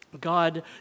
God